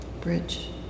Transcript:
Bridge